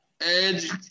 Edge